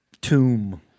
tomb